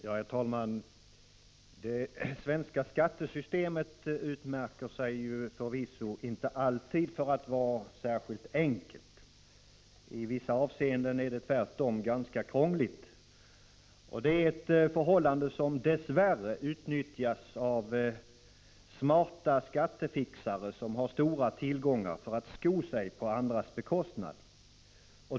Herr talman! Det svenska skattesystemet utmärker sig förvisso inte för att vara särskilt enkelt. I vissa avseenden är det tvärtom ganska krångligt. Det är ett förhållande som dess värre utnyttjas av smarta skattefixare med stora tillgångar för att sko sig på andras bekostnad.